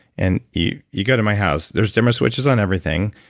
and you you go to my house, there's dimmer switches on everything.